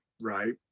right